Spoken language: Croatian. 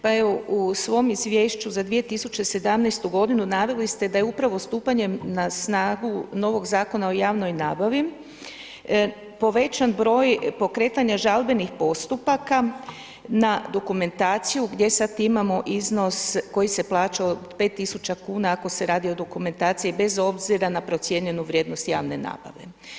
Pa evo, u svom izvješću za 2017.g. naveli ste da je upravo stupanjem na snagu novog Zakona o javnoj nabavi povećan broj pokretanja žalbenih postupaka na dokumentaciju gdje sad imamo iznos koji se plaća od 5.000 kuna ako se radi o dokumentaciji bez obzira na procijenjenu vrijednost javne nabave.